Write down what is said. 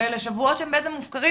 ואלה שבועות שהם בעצם מופקרים.